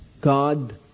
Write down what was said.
God